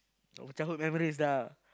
our childhood memories lah